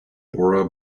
bora